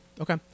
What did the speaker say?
Okay